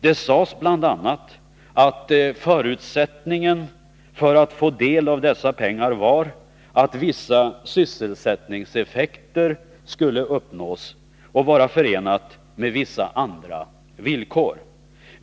Det sades bl.a. att förutsättningen för att få del av dessa pengar var att vissa sysselsättningseffekter skulle uppnås och vara förenade med vissa andra villkor.